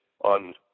on